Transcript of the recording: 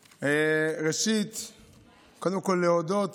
ראשית, אני רוצה קודם כול להודות